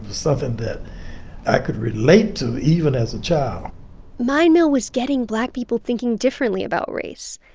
something that i could relate to, even as a child mine mill was getting black people thinking differently about race.